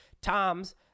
toms